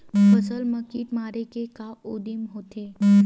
फसल मा कीट मारे के का उदिम होथे?